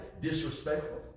disrespectful